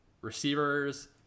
Receivers